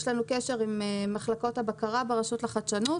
יש לנו קשר עם מחלקות הבקרה ברשות לחדשנות,